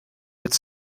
its